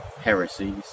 heresies